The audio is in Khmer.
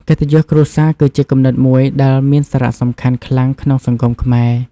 កិត្តិយសគ្រួសារគឺជាគំនិតមួយដែលមានសារៈសំខាន់ខ្លាំងក្នុងសង្គមខ្មែរ។